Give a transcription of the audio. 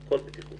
בבטיחות.